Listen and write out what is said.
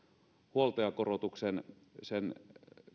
huoltajakorotuksen